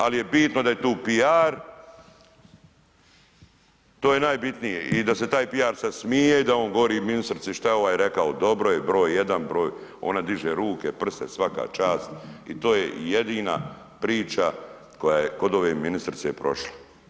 Ali je bitno da je tu PR, to je najbitnije i da se taj PR sad smije i da on govori ministrici što je ovaj rekao, dobro, broj jedan, broj, ona diže ruke, prste, svaka čast i to je jedina priča koja je kod ove ministrice prošla.